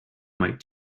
might